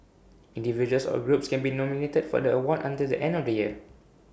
individuals or groups can be nominated for the award until the end of the year